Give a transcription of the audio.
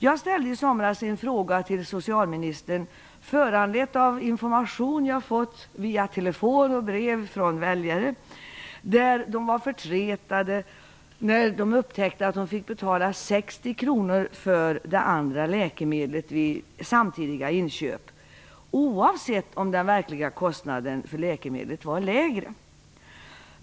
Jag ställde i somras en fråga till socialministern föranledd av information jag fått per telefon och brev från väljare som blivit förtretade när de upptäckt att de fått betala 60 kr för det andra läkemedlet vid samtidiga inköp, oavsett om den verkliga kostnaden för läkemedlet var lägre.